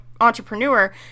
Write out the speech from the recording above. entrepreneur